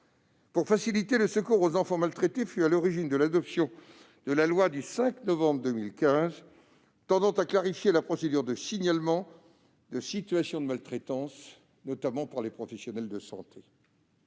pour faciliter le secours aux enfants maltraités fut à l'origine de l'adoption de la loi du 5 novembre 2015 tendant à clarifier la procédure de signalement de situations de maltraitance par les professionnels de santé.